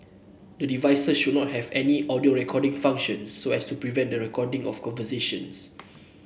the devices should not have any audio recording function so as to prevent the recording of conversations